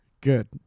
Good